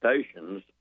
stations